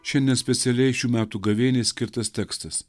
šiandien specialiai šių metų gavėniai skirtas tekstas